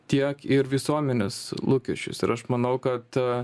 tiek ir visuomenės lūkesčius ir aš manau kad